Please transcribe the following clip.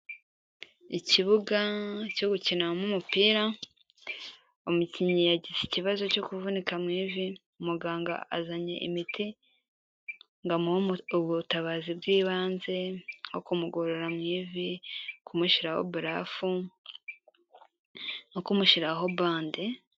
Ikibuga cyo gukiniramo umupira, umukinnyi yagize ikibazo cyo kuvunika mu ivi, muganga azanye imite ngo amuhe ubutabazi bw'ibanze nko kumugorora mu ivi, kumushyiraho barafu no kumushyiraho bande.